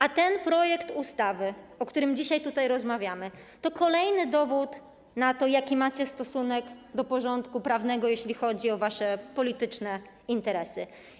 A ten projekt ustawy, o którym dzisiaj tutaj rozmawiamy, to kolejny dowód na to, jaki macie stosunek do porządku prawnego, jeśli chodzi o wasze polityczne interesy.